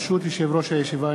ברשות יושב-ראש הישיבה,